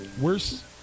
Worse